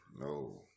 No